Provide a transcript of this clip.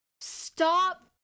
stop